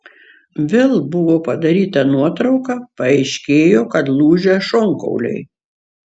vėl buvo padaryta nuotrauka paaiškėjo kad lūžę šonkauliai